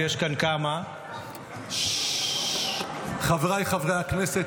ויש כאן כמה --- חבריי חברי הכנסת,